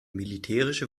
militärische